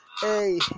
Hey